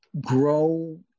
grow